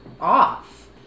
off